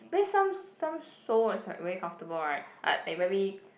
but then some some sole is like very comfortable right like they very